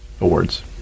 Awards